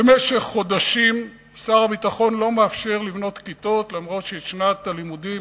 במשך חודשים שר הביטחון לא מאפשר לבנות כיתות אף-על-פי ששנת הלימודים,